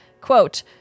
Quote